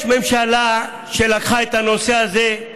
יש ממשלה שלקחה את הנושא הזה,